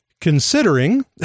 considering